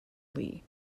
lee